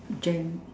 gen